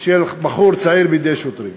של בחור צעיר בידי שוטרים,